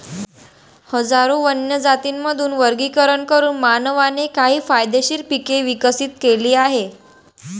हजारो वन्य जातींमधून वर्गीकरण करून मानवाने काही फायदेशीर पिके विकसित केली आहेत